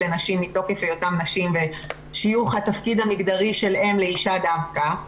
לנשים מתוקף היותן נשים ושיוך התפקיד המגדרי של אם לאישה דווקא.